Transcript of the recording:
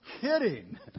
kidding